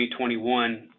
2021